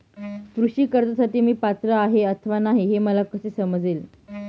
कृषी कर्जासाठी मी पात्र आहे अथवा नाही, हे मला कसे समजेल?